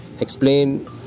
explain